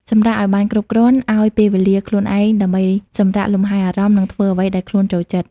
សម្រាកឲ្យបានគ្រប់គ្រាន់ ឲ្យពេលវេលាខ្លួនឯងដើម្បីសម្រាក លម្ហែអារម្មណ៍ និងធ្វើអ្វីដែលខ្លួនចូលចិត្ត។